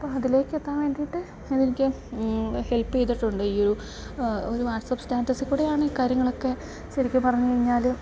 അപ്പം അതിലേക്ക് എത്താൻ വേണ്ടിയിട്ട് എനിക്ക് ഹെൽപ് ചെയ്തിട്ടുണ്ട് ഈ ഒരു ഒരു വാട്സപ്പ് സ്റ്റാറ്റസിൽക്കൂടിയാണ് കാര്യങ്ങളൊക്കെ ശരിക്കും പറഞ്ഞു കഴിഞ്ഞാൽ